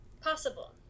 possible